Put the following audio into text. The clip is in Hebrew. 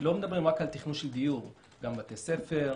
לא מדברים רק על תכנון של דיור גם בתי ספר,